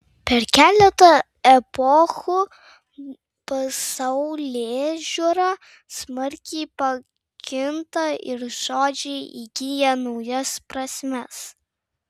per keletą epochų pasaulėžiūra smarkiai pakinta ir žodžiai įgyja naujas prasmes